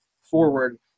forward